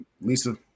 Lisa